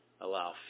allow